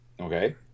okay